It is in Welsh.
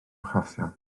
achosion